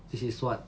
this is what